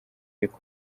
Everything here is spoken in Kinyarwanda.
ariko